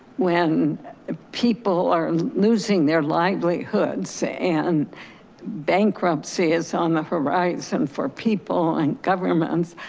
when people are losing their livelihoods and bankruptcy is on the horizon for people and governments.